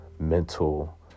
mental